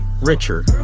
richer